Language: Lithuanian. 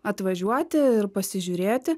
atvažiuoti ir pasižiūrėti